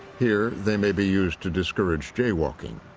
here, they may be used to discourage jaywalking.